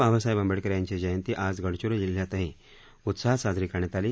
बाबासाहेब आंबेडकर यांची जयंती आज गडचिरोली जिल्ह्यातही उत्साहात साजरी करण्यात आली